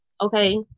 okay